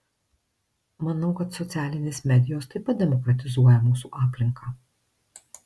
manau kad socialinės medijos taip pat demokratizuoja mūsų aplinką